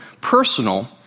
personal